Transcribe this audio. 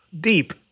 deep